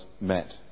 met